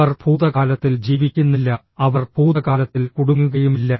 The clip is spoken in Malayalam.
അവർ ഭൂതകാലത്തിൽ ജീവിക്കുന്നില്ല അവർ ഭൂതകാലത്തിൽ കുടുങ്ങുകയുമില്ല